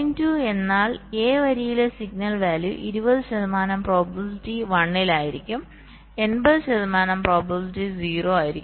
2 എന്നാൽ A വരിയിലെ signal value 20 ശതമാനം പ്രോബബിലിറ്റിയിൽ 1 ആയിരിക്കും 80 ശതമാനം പ്രോബബിലിറ്റി 0 ആയിരിക്കും